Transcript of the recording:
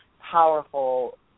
powerful